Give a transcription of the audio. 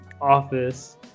office